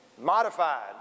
modified